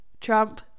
Trump